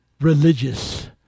religious